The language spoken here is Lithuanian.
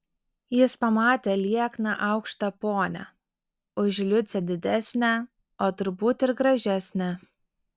jis pamatė liekną aukštą ponią už liucę didesnę o turbūt ir gražesnę